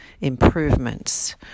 improvements